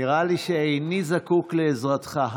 נראה לי שאיני זקוק לעזרתך.